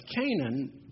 Canaan